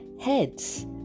heads